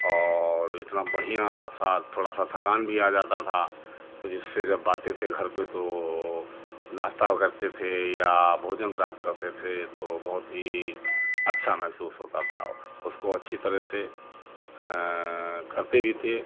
और इतना बढ़िया सा थोड़ा सा थकान भी आ जाता था तो जिससे जब आते थे घर पे तो ओ नाश्ता व करते थे या भोजन प्राप्त करते थे तो बहुत ही अच्छा महसूस होता था उसको अच्छी तरह से करते भी थे